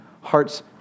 heart's